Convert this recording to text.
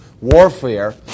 warfare